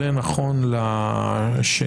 זה נכון להיום,